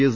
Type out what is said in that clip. S